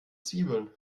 zwiebeln